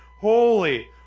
holy